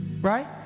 Right